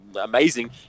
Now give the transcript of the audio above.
amazing